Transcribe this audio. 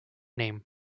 name